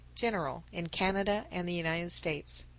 general in canada and the united states.